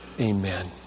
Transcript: Amen